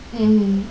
mm